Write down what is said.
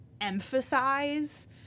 emphasize